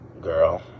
Girl